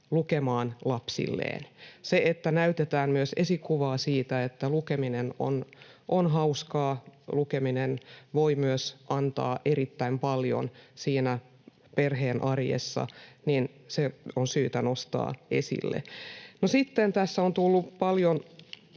lukemaan lapsilleen. Se, että näytetään esikuvaa myös siitä, että lukeminen on hauskaa ja lukeminen voi myös antaa erittäin paljon perheen arjessa, on syytä nostaa esille. No, sitten tässä on tullut paljon